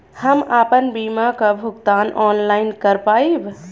हम आपन बीमा क भुगतान ऑनलाइन कर पाईब?